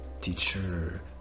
teacher